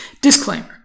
Disclaimer